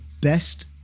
best